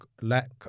lack